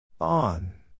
On